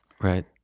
Right